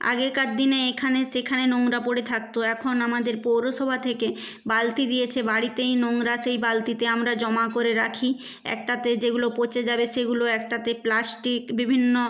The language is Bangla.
আগেকার দিনে এখানে সেখানে নোংরা পড়ে থাকত এখন আমাদের পৌরসভা থেকে বালতি দিয়েছে বাড়িতেই নোংরা সেই বালতিতে আমরা জমা করে রাখি একটাতে যেগুলো পচে যাবে সেগুলো একটাতে প্লাস্টিক বিভিন্ন